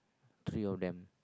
three of them